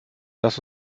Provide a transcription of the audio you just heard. lass